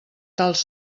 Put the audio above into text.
tals